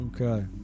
okay